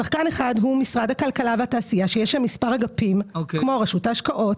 שחקן אחד הוא משרד הכלכלה והתעשייה שבו יש מספר אגפים כמו רשות ההשקעות,